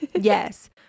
yes